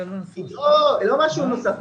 זה לא דבר נוסף.